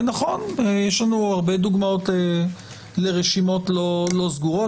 ונכון, יש לנו הרבה דוגמאות לרשימות לא סגורות.